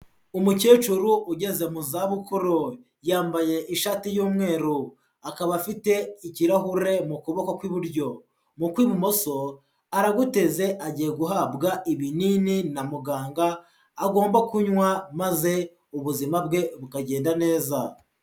Umukecuru ugeze mu zabukuru, yambaye ishati y'umweru akaba afite ikirahure mu kuboko kw'iburyo, mu kw'ibumoso araguteze agiye guhabwa ibinini na muganga agomba kunywa maze ubuzima bwe bukagenda neza.